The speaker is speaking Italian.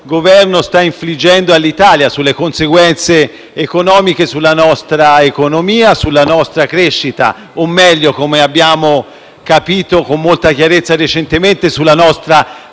Governo sta infliggendo all'Italia, sulle conseguenze per la nostra economia, sulla nostra crescita o meglio - come abbiamo capito con molta chiarezza recentemente - sulla nostra